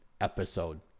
episode